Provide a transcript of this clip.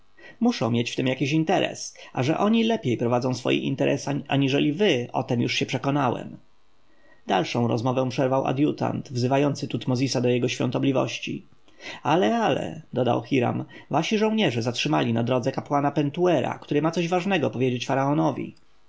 muszą mieć w tem jakiś interes a że oni lepiej prowadzą swoje interesa aniżeli wy o tem już się przekonałem dalszą rozmowę przerwał adjutant wzywający tutmozisa do jego świątobliwości ale ale dodał hiram wasi żołnierze zatrzymali na drodze kapłana pentuera który ma coś ważnego powiedzieć